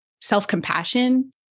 self-compassion